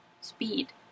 speed